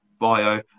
Bio